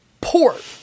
port